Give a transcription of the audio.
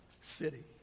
city